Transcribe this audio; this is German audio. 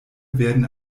werden